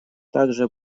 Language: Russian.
также